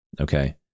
okay